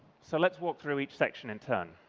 so let's walk through each section in turn.